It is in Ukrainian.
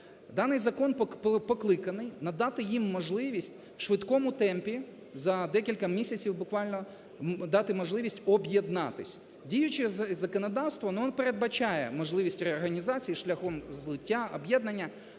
Даний закон покликаний надати їм можливість в швидкому темпі за декілька місяців буквально дати можливість об'єднатись. Діюче законодавство, воно передбачає можливість реорганізації шляхом злиття, об'єднання.